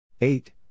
Eight